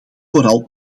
vooral